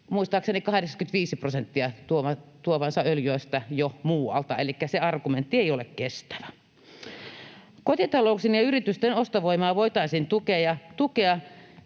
muistaakseni 85 prosenttia öljystä tuovansa jo muualta. Elikkä se argumentti ei ole kestävä. Kotitalouksien ja yritysten ostovoimaa voitaisiin tukea,